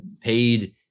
paid